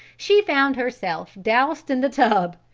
she found herself doused in the tub,